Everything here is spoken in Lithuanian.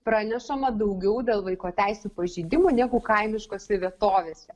pranešama daugiau dėl vaiko teisių pažeidimų negu kaimiškose vietovėse